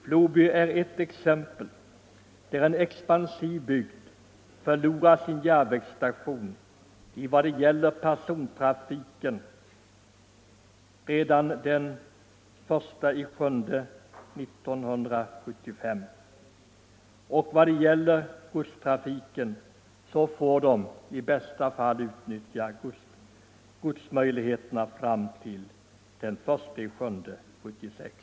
Floby är ett exempel där en expansiv bygd förlorar sin järnvägsstation redan den 1 juli 1975, i vad gäller persontrafiken. Vad godstrafiken beträffar får man i bästa fall utnyttja transportmöjligheterna fram till den 1 juli 1976.